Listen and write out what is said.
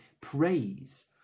praise